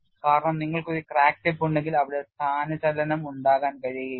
കാരണം നിങ്ങൾക്ക് ഒരു ക്രാക്ക് ടിപ്പ് ഉണ്ടെങ്കിൽ അവിടെ സ്ഥാനചലനം ഉണ്ടാകാൻ കഴിയില്ല